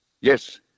Yes